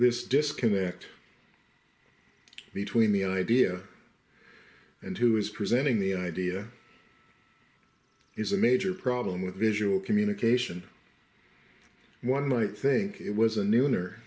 this disconnect between the idea and who is presenting the idea is a major problem with visual communication one might think it was a n